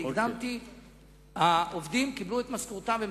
ואמרתי שהעובדים קיבלו את משכורתם והם